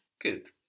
Good